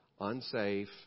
unsafe